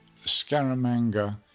Scaramanga